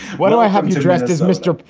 what do i have to address this, mister?